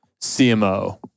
CMO